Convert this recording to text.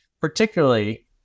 particularly-